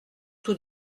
tout